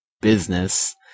business